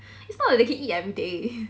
it's not like they can eat everyday